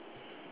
ya